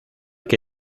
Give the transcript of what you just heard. que